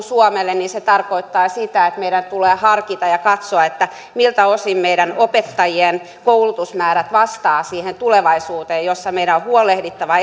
suomelle niin se tarkoittaa sitä että meidän tulee harkita ja katsoa miltä osin meidän opettajien koulutusmäärät vastaavat siihen tulevaisuuteen jossa meidän on huolehdittava